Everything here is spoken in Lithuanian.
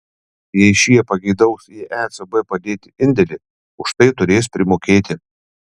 jei šie pageidaus į ecb padėti indėlį už tai turės primokėti